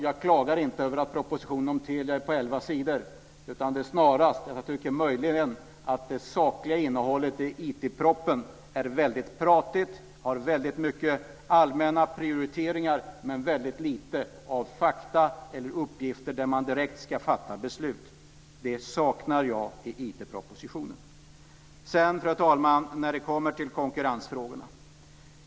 Jag klagar inte över att propositionen om Telia är på elva sidor. Jag tycker möjligen att det sakliga innehållet i IT-propositionen är väldigt pratigt, har väldigt många allmänna prioriteringar men väldigt lite fakta och uppgifter där man direkt ska fatta beslut. Det saknar jag i IT-propositionen. Fru talman! Sedan kommer vi till konkurrensfrågorna.